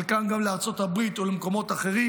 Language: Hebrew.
חלקם גם לארצות הברית או למקומות אחרים.